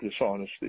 dishonesty